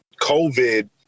COVID